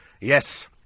Yes